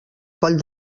coll